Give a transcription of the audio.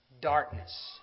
darkness